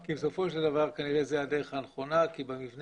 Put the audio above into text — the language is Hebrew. כי בסופו של דבר כנראה שזו הדרך הנכונה כי במבנה